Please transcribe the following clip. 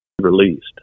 Released